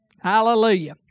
Hallelujah